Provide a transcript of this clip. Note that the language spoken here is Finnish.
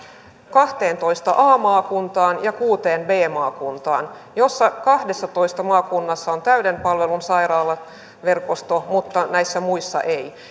kahteentoista a maakuntaan ja kuuteen b maakuntaan joista kahdessatoista maakunnassa on täyden palvelun sairaalaverkosto mutta näissä muissa ei